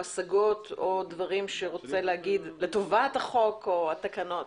השגות או דברים שרוצים לומר לטובת התקנות?